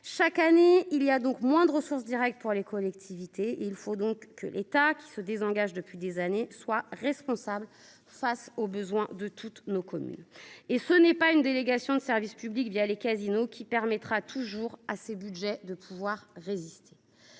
Chaque année il y a donc moins de ressources directes pour les collectivités. Il faut donc que l'état qui se désengage depuis des années, soit responsable face aux besoins de toutes nos communes et ce n'est pas une délégation de service public via les casinos qui permettra toujours assez Budgets de pouvoir résister.